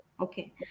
Okay